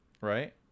Right